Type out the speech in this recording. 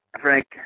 Frank